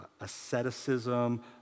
asceticism